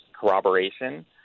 corroboration